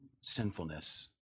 sinfulness